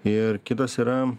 ir kitas yra